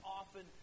often